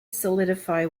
solidify